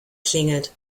klingelt